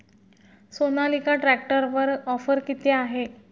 सोनालिका ट्रॅक्टरवर ऑफर किती आहे?